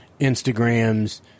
instagrams